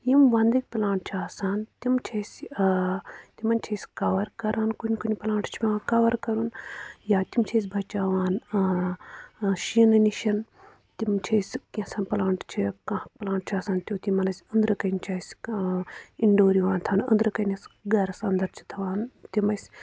یِم ونٛدٕکۍ پُلانٹ چھِ آسان تِم چھِ أسی تِمن چھِ أسی کَوَر کران کُنہِ کُنہِ پُلانٹس چھُ پٮ۪وان کَوَر کَرُن یا تِم چھِ أسۍ بچاوان شیٖنہٕ نِش تِم چھِ أسی کیٚنٛژن پُلانٹن چھِ کیٚنٛہہ پُلانٹ چھُ آسان تٮُ۪تھ یِمن أسۍ أنٛدرٕ کٮ۪ن چھِ اَسہِ کانٛہہ اِن ڈور یِوان تھاونہٕ أنٚدرٕ کٔنٮ۪تھ گَرس اَنٚدر چھِ تھَوان تِم أسۍ